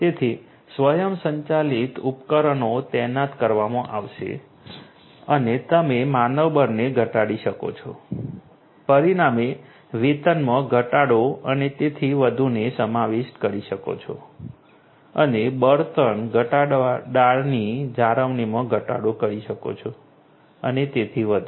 તેથી સ્વયંસંચાલિત ઉપકરણો તૈનાત કરવામાં આવશે અને તમે માનવબળને ઘટાડી શકો છો પરિણામે વેતનમાં ઘટાડો અને તેથી વધુને સમાવિષ્ટ કરી શકો છો અને બળતણ ઘટાડવાની જાળવણીમાં ઘટાડો કરી શકો છો અને તેથી વધુ